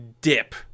dip